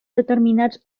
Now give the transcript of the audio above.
determinats